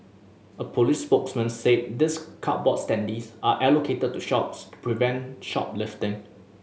a police spokesman said these cardboard standees are allocated to shops prevent shoplifting